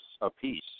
apiece